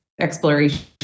exploration